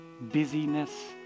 busyness